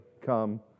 come